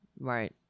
right